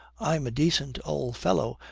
i'm a decent old fellow,